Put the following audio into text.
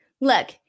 Look